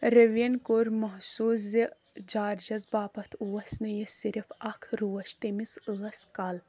رٔویَن کوٚر محسوٗس زِ جارجَس باپتھ اوس نہٕ یہِ صرف اكھ روش تٔمِس ٲس كل